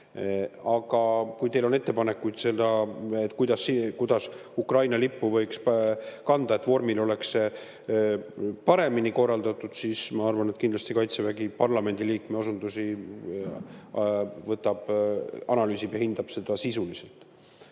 kui teil on ettepanekuid, kuidas Ukraina lippu võiks vormil kanda, et see oleks paremini korraldatud, siis ma arvan, et kindlasti Kaitsevägi parlamendi liikme osundusi analüüsib ja hindab neid sisuliselt. Kuid